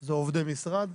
זה עובדי משרד.